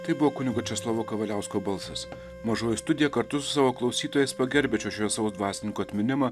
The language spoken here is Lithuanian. tai buvo kunigo česlovo kavaliausko balsas mažoji studija kartu su savo klausytojais pagerbiančio šviesaus dvasininko atminimą